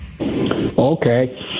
Okay